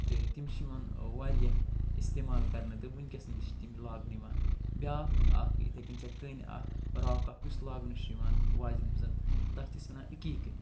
تہِ تِم چھِ وارِیاہ استعمال کرنہٕ تہٕ وٕنۍکٮ۪س تہِ چھِ تِم لاگنہٕ یِوان بیٛاکھ اکھ یِتھَے کٔنۍ چھےٚ کٔنۍ اکھ راک اکھ یُس لاگنہٕ چھُ یِوان واجٮ۪ن منٛز تتھ چھِ أسۍ وَنان أکیٖکہٕ